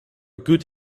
good